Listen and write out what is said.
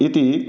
इति